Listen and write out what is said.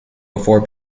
before